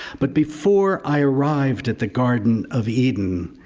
but before i arrived at the garden of eden,